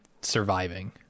surviving